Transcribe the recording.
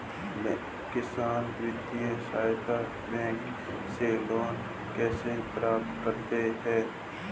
किसान वित्तीय सहायता बैंक से लोंन कैसे प्राप्त करते हैं?